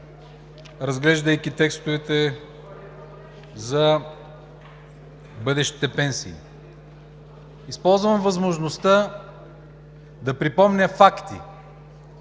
разглеждайки текстовете за бъдещите пенсии, използвам възможността да припомня факти.